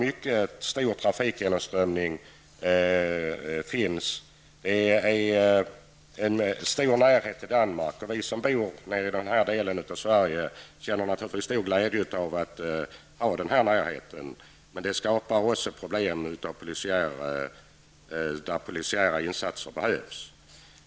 I Närheten till Danmark är stor. Vi som bor i denna del av Sverige känner naturligtvis stor glädje av denna närhet, men den skapar också problem och behov av polisinsatser.